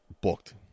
booked